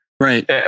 Right